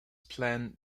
planned